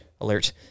alert